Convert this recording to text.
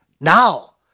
now